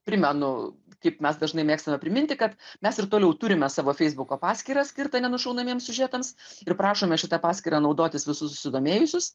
primenu kaip mes dažnai mėgstame priminti kad mes ir toliau turime savo feisbuko paskyrą skirtą nenušaunamiems siužetams ir prašome šitą paskyrą naudotis visus susidomėjusius